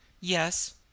Yes